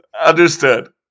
Understood